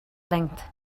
length